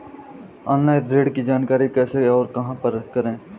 Online ऋण की जानकारी कैसे और कहां पर करें?